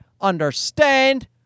understand